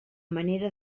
manera